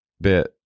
bit